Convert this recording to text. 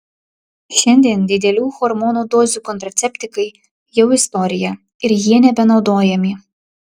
šiandien didelių hormonų dozių kontraceptikai jau istorija ir jie nebenaudojami